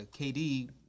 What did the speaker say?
KD